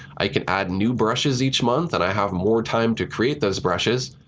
i can add new brushes each month and i have more time to create those brushes.